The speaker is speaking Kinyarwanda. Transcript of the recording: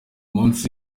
munsi